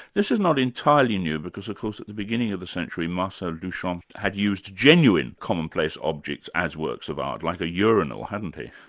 this is not entirely new, because of course at the beginning of the century marcel duchamps had used genuine commonplace objects as works of art like a urinal, hadn't he?